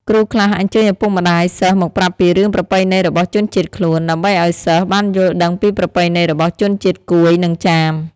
គ្រូខ្លះអញ្ជើញឪពុកម្ដាយសិស្សមកប្រាប់ពីរឿងប្រពៃណីរបស់ជនជាតិខ្លួន ដើម្បីឱ្យសិស្សបានយល់ដឹងពីប្រពៃណីរបស់ជនជាតិកួយ និងចាម។